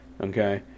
Okay